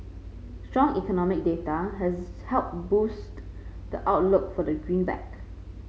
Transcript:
strong economic data has helped boost the outlook for the green back